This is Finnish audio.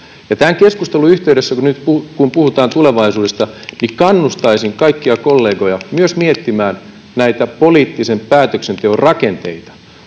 Tämän keskustelun yhteydessä, kun nyt puhutaan tulevaisuudesta, kannustaisin kaikkia kollegoja myös miettimään näitä poliittisen päätöksenteon rakenteita.